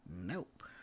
Nope